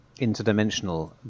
interdimensional